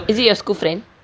is it your school friend